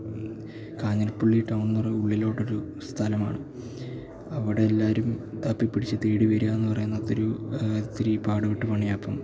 കാഞ്ഞിരപ്പള്ളി ടൗണില്നിന്ന് ഒരു ഉള്ളിലോട്ടൊരു സ്ഥലമാണ് അവിടെ എല്ലാവരും തപ്പിപ്പിടിച്ചു തേടി വരികയെന്നു പറയുന്നതൊരു ഇത്തിരി പാടുപെട്ട പണിയാണപ്പോള്